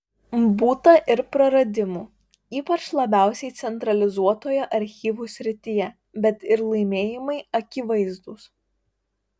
būta ir praradimų ypač labiausiai centralizuotoje archyvų srityje bet ir laimėjimai akivaizdūs